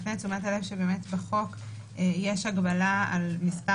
נפנה את תשומת הלב שבחוק יש הגבלה על מספר